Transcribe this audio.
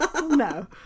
No